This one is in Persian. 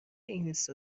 اینستا